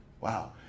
Wow